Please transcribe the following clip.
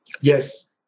Yes